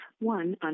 one